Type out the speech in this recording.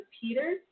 Peter